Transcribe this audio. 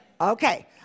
Okay